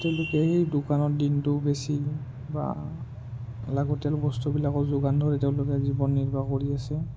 তেওঁলোকে সেই দোকানৰ দিনটো বেছি বা লাগতিয়াল বস্তুবিলাকো যোগান ধৰি তেওঁলোকে জীৱন নিৰ্বাহ কৰি আছে